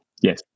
Yes